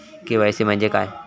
KYC म्हणजे काय?